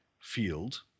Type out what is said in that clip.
field